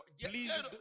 Please